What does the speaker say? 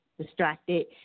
distracted